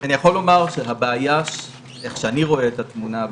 אני יכול לומר לך שהבעיה איך שאני רואה את התמונה,